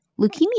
leukemia